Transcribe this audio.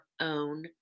own